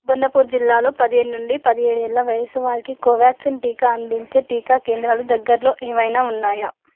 బర్ణపూర్ జిల్లాలో పదిహేను నుండి పదిహేడేళ్ళ వయసు వారికి కోవాక్సిన్ టీకా అందించే టీకా కేంద్రాలు దగ్గరలో ఏవైనా ఉన్నాయా